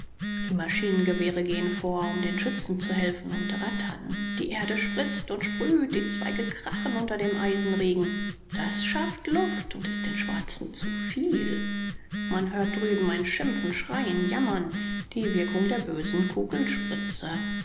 die maschinengewehre gehen vor um den schützen zu helfen und rattern die erde spritzt und sprüht die zweige krachen unter dem eisenregen das schafft luft und ist den schwarzen zu viel man hört drüben ein schimpfen schreien jammern die wirkung der bösen